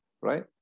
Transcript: right